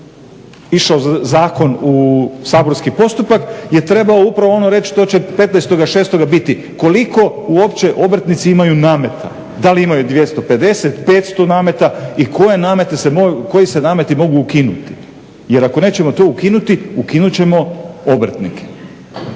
išao zakon u saborski postupak je trebao upravo ono reći što će 15.06. biti koliko uopće obrtnici imaju nameta? Da li imaju 250, 500 nameta i koji se nameti mogu ukinuti? Jer ako nećemo to ukinuti, ukinut ćemo obrtnike.